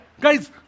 guys